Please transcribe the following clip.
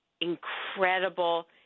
incredible